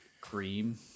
cream